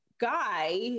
guy